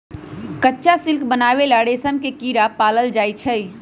कच्चा सिल्क बनावे ला रेशम के कीड़ा पालल जाई छई